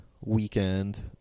weekend